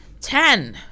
Ten